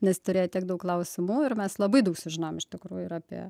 nes turėjo tiek daug klausimų ir mes labai daug sužinojom iš tikrųjų ir apie